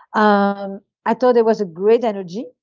um i thought it was a great energy.